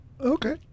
Okay